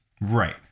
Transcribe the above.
right